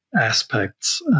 aspects